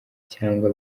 cyangwa